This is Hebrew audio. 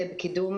איתן.